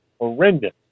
horrendous